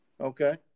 Okay